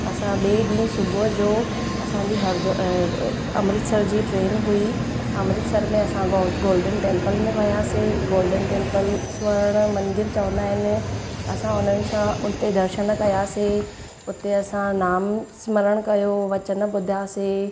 असां ॿिए ॾींहुं सुबुह जो असांजी हर्द अमृतसर जी ट्रेन हुई अमृतसर में असां गो गोल्डन टेम्पल में वियासीं गोल्डन टेम्पल स्वर्ण मंदिर चवंदा आहिनि असां हुननि सां उते दर्शन कयासीं उते असां नाम स्मरण कयो वचन ॿुधियासीं